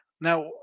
Now